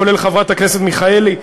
כולל חברת הכנסת מיכאלי,